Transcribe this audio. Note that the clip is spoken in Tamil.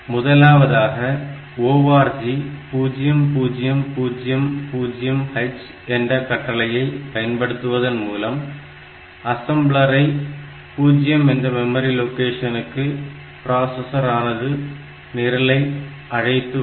முதலாவதாக ORG 0000 H என்ற கட்டளைகயை பயன்படுத்துவதன் மூலம் அசம்ளரை 0 என்ற மெமரி லொகேஷனுக்கு பிராசஸர் ஆனது நிரலை அழைத்து வரும்